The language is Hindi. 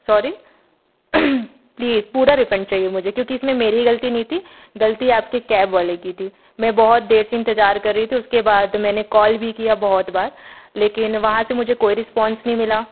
सौरी प्लीज़ पूरा रिफंड चाहिए मुझे क्योंकि इस में मेरी ही गलती नहीं थी गलती आपकी कैब वाले कि थी मैं बहुत देर से इंतजार कर रही थी उसके बाद मैंने कॉल भी किया बहुत बार लेकिन वहाँ से मुझे कोई रिसपौंस नहीं मिला